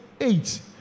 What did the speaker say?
eight